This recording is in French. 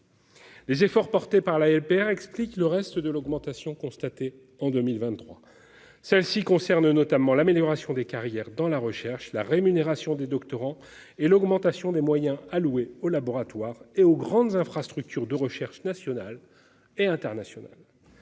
mise en oeuvre de la LPR expliquent le reste de l'augmentation enregistrée en 2023. Celle-ci a trait notamment à l'amélioration des carrières dans la recherche, à la rémunération des doctorants et à l'augmentation des moyens alloués aux laboratoires et aux grandes infrastructures de recherche nationales et internationales.